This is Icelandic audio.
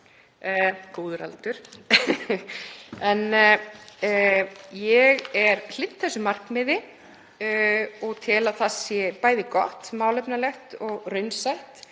góður aldur. Ég er hlynnt markmiðinu og tel að það sé bæði gott, málefnalegt og raunsætt